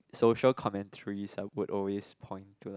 social commentary side will always point to like